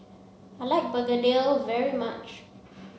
I like Begedil very much